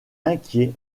inquiet